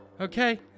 Okay